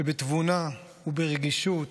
שבתבונה, ברגישות